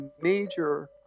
major